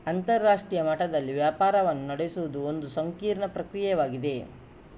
ಅಂತರರಾಷ್ಟ್ರೀಯ ಮಟ್ಟದಲ್ಲಿ ವ್ಯಾಪಾರವನ್ನು ನಡೆಸುವುದು ಒಂದು ಸಂಕೀರ್ಣ ಪ್ರಕ್ರಿಯೆಯಾಗಿದೆ